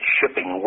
Shipping